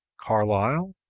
Carlyle